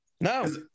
No